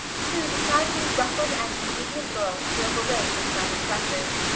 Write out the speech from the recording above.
two decidedly ruffled and indignant girls drove away from simon fletcher's.